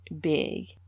big